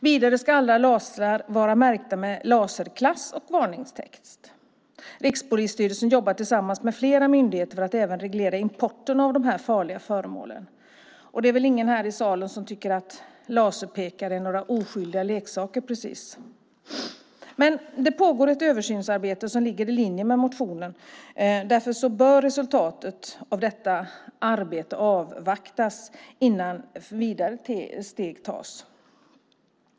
Vidare ska alla lasrar vara märkta med laserklass och varningstext. Rikspolisstyrelsen jobbar tillsammans med flera myndigheter för att även reglera importen av de här farliga föremålen. Det är väl ingen här i salen som tycker att laserpekare är några oskyldiga leksaker precis. Det pågår ett översynsarbete som ligger i linje med motionen. Därför bör resultatet av detta arbete avvaktas innan vidare steg tas.